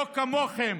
לא כמוכם.